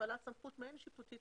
והפעלת סמכות מעין שיפוטית.